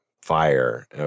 fire